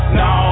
no